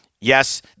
Yes